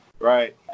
Right